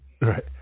Right